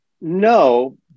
No